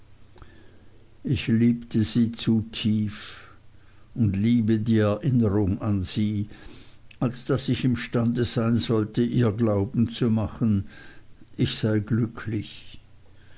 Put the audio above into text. ich liebte sie zu tief und liebe die erinnerung an sie als daß ich imstande sein sollte ihr glauben zu machen ich sei glücklich